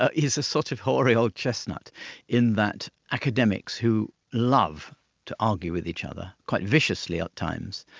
ah is a sort of hoary old chestnut in that academics who love to argue with each other, quite viciously at times,